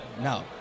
no